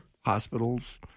hospitals